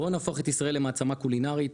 בואו נהפוך את ישראל למעצמה קולינרית